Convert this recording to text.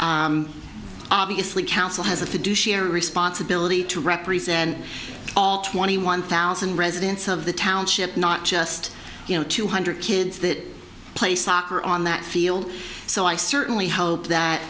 obviously council has a fiduciary responsibility to represent all twenty one thousand residents of the township not just you know two hundred kids that play soccer on that field so i certainly hope that